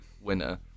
winner